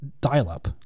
Dial-up